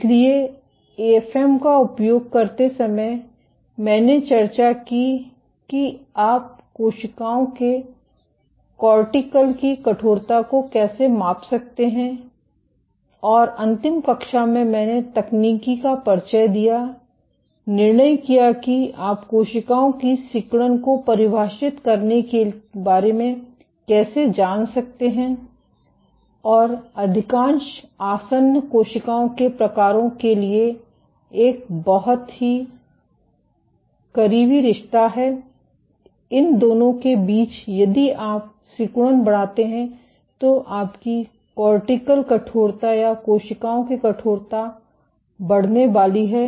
इसलिए एएफएम का उपयोग करते समय मैंने चर्चा की कि आप कोशिकाओं के कॉर्टिकल की कठोरता को कैसे माप सकते हैं और अंतिम कक्षा में मैंने तकनीक का परिचय दिया निर्णय किया कि आप कोशिकाओं की सिकुड़न को परिमाणित करने के बारे में कैसे जान सकते हैं और अधिकांश आसन्न कोशिकाओं के प्रकारों के लिए एक बहुत करीबी रिश्ता है इन दोनों के बीच यदि आप सिकुड़न बढ़ाते हैं तो आपकी कोर्टिकल कठोरता या कोशिकाओं की कठोरता बढ़ने वाली है